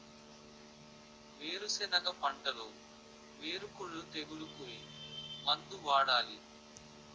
వేరుసెనగ పంటలో వేరుకుళ్ళు తెగులుకు ఏ మందు వాడాలి?